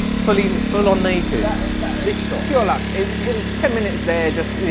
fully in full-on naked this shop your luck. it was ten minutes they're just,